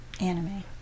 Anime